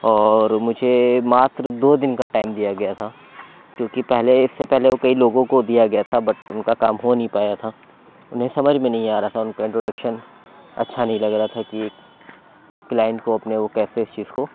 اور مجھے ماتر دو دن کا ٹائم دیا گیا تھا کیوں کہ پہلے اس سے پہلے وہ کئی لوگوں کو دیا گیا تھا بٹ ان کا کام ہو نہیں پایا تھا انہیں سمجھ میں نہیں آرہا تھا ان کا انٹروڈکشن اچھا نہیں لگ رہا تھا کہ کلائنٹ کو اپنے وہ کیسے اس چیز کو